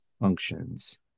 functions